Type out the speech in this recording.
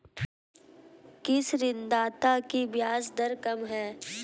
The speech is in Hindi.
किस ऋणदाता की ब्याज दर कम है?